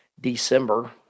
December